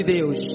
Deus